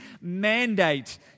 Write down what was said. mandate